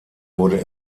wurde